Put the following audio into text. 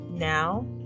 Now